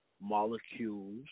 molecules